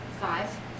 five